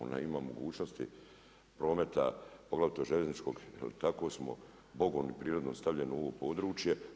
Ona ima mogućnosti prometa poglavito željezničkog, jer i tako smo bogom i prirodno stavljeni u ovo područje.